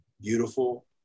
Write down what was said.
beautiful